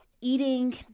eating